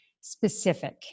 specific